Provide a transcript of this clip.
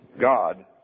God